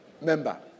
member